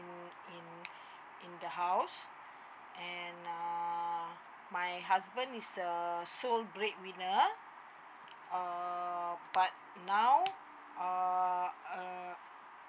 in in the house and uh my husband is the sole breadwinner err but now uh uh